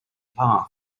path